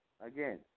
Again